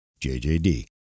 JJD